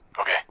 Okay